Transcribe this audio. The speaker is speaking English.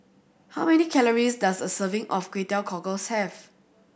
how many calories does a serving of Kway Teow Cockles have